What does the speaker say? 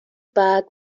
بعد